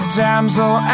damsel